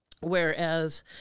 Whereas